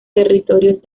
territorios